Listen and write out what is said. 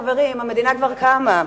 חברים, המדינה כבר קמה,